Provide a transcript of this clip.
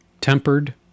Tempered